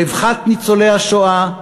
רווחת ניצולי השואה,